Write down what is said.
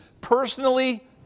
personally